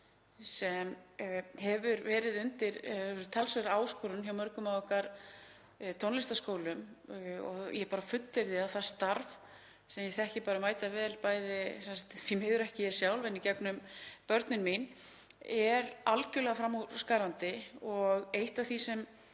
sem hefur verið talsverð áskorun hjá mörgum af okkar tónlistarskólum. Ég fullyrði að það starf sem ég þekki mætavel, því miður ekki sjálf en í gegnum börnin mín, er algjörlega framúrskarandi. Eitt af því sem